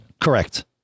Correct